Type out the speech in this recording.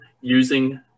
using